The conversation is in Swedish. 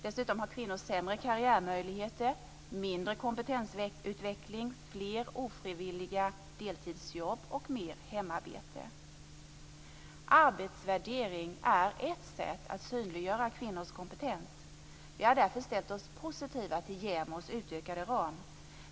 Dessutom har kvinnor sämre karriärmöjligheter, mindre kompetensutveckling, fler ofrivilliga deltidsjobb och mer hemarbete. Arbetsvärdering är ett sätt att synliggöra kvinnors kompetens. Vi har därför ställt oss positiva till JämO:s utökade ram.